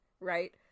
right